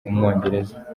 umwongereza